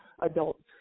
adults